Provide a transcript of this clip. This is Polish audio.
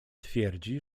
twierdzi